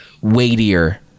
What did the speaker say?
weightier